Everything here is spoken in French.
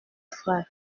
frère